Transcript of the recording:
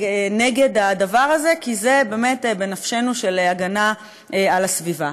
נגד הדבר הזה, כי זה בנפשנו, הגנה על הסביבה.